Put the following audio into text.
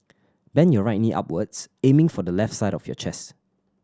bend your right knee upwards aiming for the left side of your chest